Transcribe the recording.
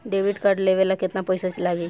Debit card लेवे ला केतना पईसा लागी?